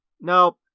now